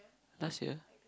last year